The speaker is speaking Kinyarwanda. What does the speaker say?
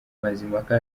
mazimpaka